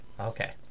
okay